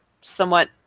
somewhat